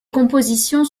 compositions